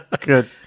Good